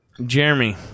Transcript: Jeremy